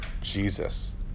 Jesus